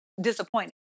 disappointed